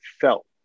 felt